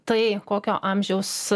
tai kokio amžiaus